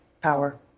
Power